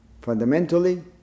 Fundamentally